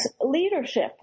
leadership